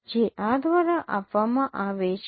જે આ દ્વારા આપવામાં આવે છે